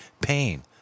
pain